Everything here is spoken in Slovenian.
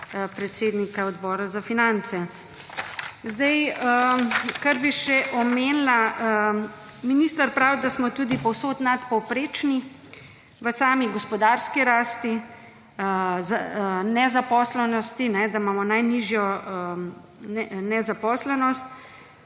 predsednika Odbora za finance. Zdaj, kar bi še omenila. Minister pravi, da smo tudi povsod nadpovprečni, v sami gospodarski rasti, nezaposlenosti, da imamo najnižjo nezaposlenost.